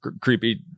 creepy